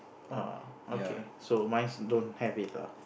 uh okay so mine's don't have it ah